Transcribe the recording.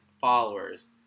followers